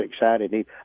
excited